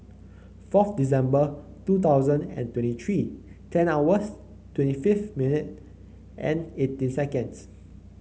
fourth December two thousand and twenty three ten hours twenty fifth minute and eighteen seconds